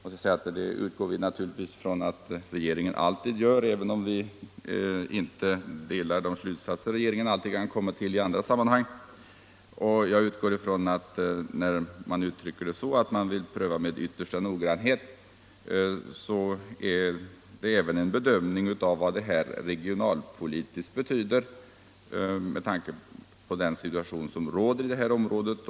Vi utgår naturligtvis från att regeringen alltid gör så, även om vi inte i alla sammanhang delar de slutsatser som regeringen kommer till. Uttrycket ”med yttersta noggrannhet” förutsätter jag även innebär en bedömning av den regionalpolitiska betydelsen av lokalisering till Hogdal.